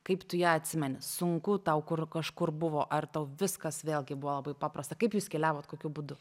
kaip tu ją atsimeni sunku tau kur kažkur buvo ar tau viskas vėlgi buvo labai paprasta kaip jūs keliavot kokiu būdu